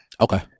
Okay